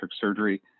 surgery